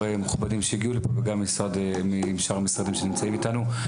המכובדים שהגיעו לפה וגם משאר המשרדים שנמצאים איתנו.